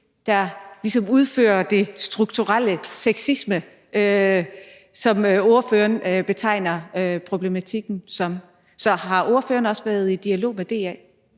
udfører den strukturelle sexisme, som ordføreren betegner problematikken som. Så har ordføreren også været i dialog med DA?